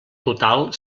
total